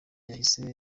yahise